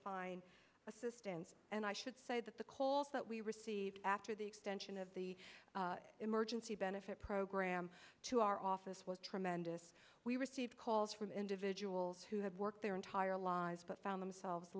find assistance and i should say that the calls that we received after the extension of the emergency benefit program to our office was tremendous we received calls from individuals who have worked their entire lives but found themselves